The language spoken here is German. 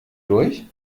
durch